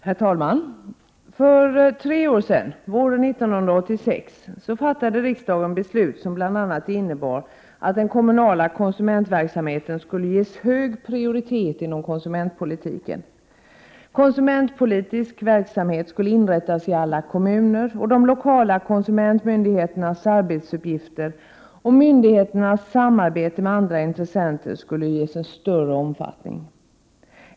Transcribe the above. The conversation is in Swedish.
Herr talman! För tre år sedan, våren 1986, fattade riksdagen beslut, som bl.a. innebar att den kommunala konsumentverksamheten skulle ges hög prioritet inom konsumentpolitiken. Konsumentpolitisk verksamhet skulle inrättas i alla kommuner, och de lokala konsumentmyndigheternas arbets uppgifter och myndigheternas samarbete med andra intressenter skulle ges större omfattning.